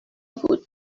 بود